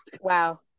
wow